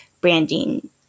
branding